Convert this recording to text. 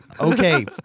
Okay